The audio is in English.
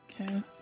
Okay